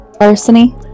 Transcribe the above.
larceny